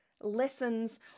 lessons